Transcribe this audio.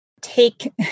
take